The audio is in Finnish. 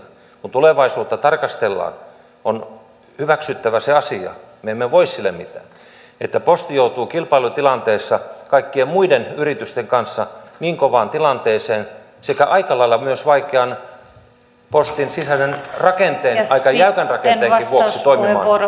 kun tulevaisuutta tarkastellaan on hyväksyttävä se asia me emme voi sille mitään että posti joutuu kilpailutilanteessa kaikkien muiden yritysten kanssa niin kovaan tilanteeseen sekä aika lailla myös vaikean postin sisäisen rakenteen aika jäykän rakenteenkin vuoksi toimimaan